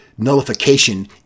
nullification